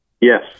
Yes